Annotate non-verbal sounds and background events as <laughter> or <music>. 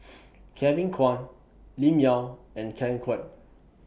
<noise> Kevin Kwan Lim Yau and Ken Kwek